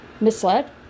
misled